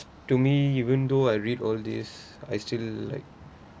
to me even though I read all this I still like